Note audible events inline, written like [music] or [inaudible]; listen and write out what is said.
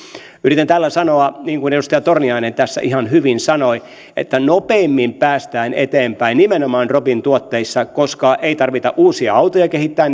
yritän tällä sanoa niin kuin edustaja torniainen tässä ihan hyvin sanoi että nopeimmin päästään eteenpäin nimenomaan drop in tuotteissa koska ei tarvitse uusia autoja kehittää [unintelligible]